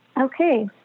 Okay